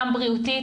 גם בריאותית,